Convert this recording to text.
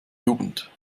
jugend